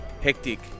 hectic